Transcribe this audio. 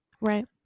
Right